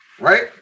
Right